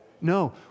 No